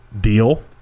deal –